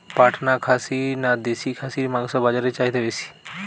পাটনা খাসি না দেশী খাসির মাংস বাজারে চাহিদা বেশি?